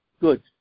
Good